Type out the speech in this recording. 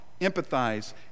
empathize